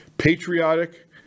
Patriotic